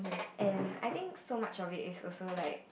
and I think so much of it is also like